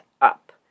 up